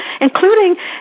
including